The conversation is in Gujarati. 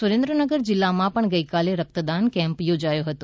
સુરેન્દ્રનગર જીલ્લામાં પણ ગઇકાલે રક્તદાન કેમ્પ યોજાયો હતો